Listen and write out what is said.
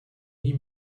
nie